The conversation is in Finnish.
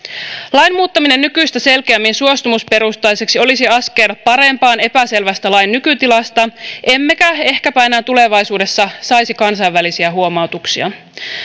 lain muuttaminen nykyistä selkeämmin suostumusperusteiseksi olisi askel parempaan epäselvästä lain nykytilasta emmekä ehkäpä enää tulevaisuudessa saisi kansainvälisiä huomautuksia